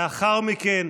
לאחר מכן,